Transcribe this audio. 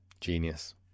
genius